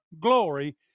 glory